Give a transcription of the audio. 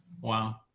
Wow